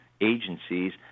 agencies